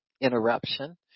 interruption